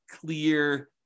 clear